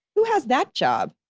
who has that job?